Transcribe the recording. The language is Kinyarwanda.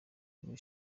muri